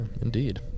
indeed